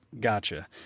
gotcha